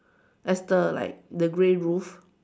as the like the grey roof